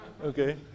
Okay